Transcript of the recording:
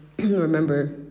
remember